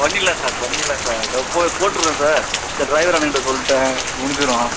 பண்ணிடுலாம் sir பண்ணிடுலாம் sir இதோ போய் போட்டுடுறேன் சார் இந்த ட்ரைவர் அண்ணேகிட்ட சொல்லிவிட்டேன் முடிஞ்சுடும்